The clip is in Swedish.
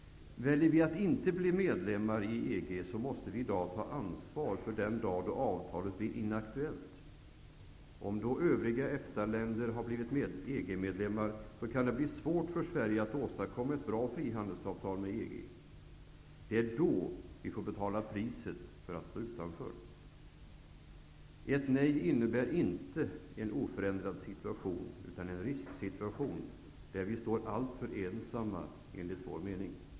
Väljer vi att inte bli medlemmar i EG måste vi i dag ta ansvar för den dag då avtalet blir inaktuellt. Om då övriga EFTA-länder har blivit EG-medlemmar kan det bli svårt för Sverige att åstadkomma ett bra frihandelsavtal med EG. Det är då vi får betala priset för att stå utanför. Ett nej innebär inte en oförändrad situation, utan en risksituation där vi, enligt min mening, står alltför ensamma.